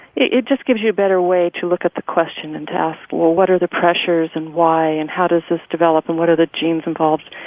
it it just gives you a better way to look at the question and to ask, well, what are the pressures, and why, and how does this develop, and what are the genes involved?